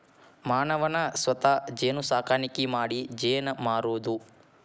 ಮಾನವನ ಸ್ವತಾ ಜೇನು ಸಾಕಾಣಿಕಿ ಮಾಡಿ ಜೇನ ಮಾರುದು